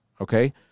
okay